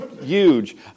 huge